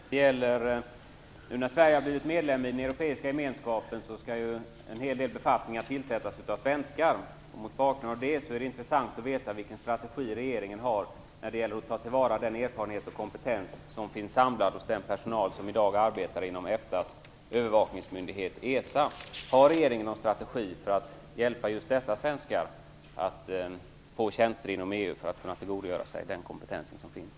Fru talman! Jag har en fråga till statsrådet Hellström. Nu när Sverige har blivit medlem i den Europeiska gemenskapen, skall ju en hel del befattningar tillsättas av svenskar. Mot den bakgrunden är det intressant att veta vilken strategi regeringen har när det gäller att ta till vara den erfarenhet och kompetens som finns samlad hos den personal som i dag arbetar inom EFTA:s övervakningsmyndighet ESA.